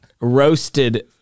roasted